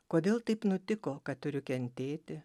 kodėl taip nutiko kad turiu kentėti